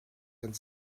and